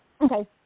Okay